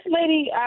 lady